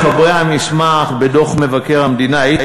חברת הכנסת מיכאלי, אני אגיד לך.